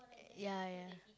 ya ya